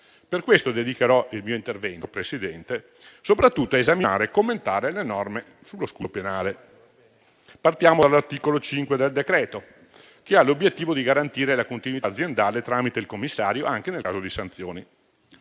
Per questo dedicherò il mio intervento soprattutto a esaminare e commentare le norme sullo scudo penale. Partiamo dall'articolo 5 del decreto-legge, che ha l'obiettivo di garantire la continuità aziendale tramite il commissario anche nel caso di sanzioni.